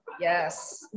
Yes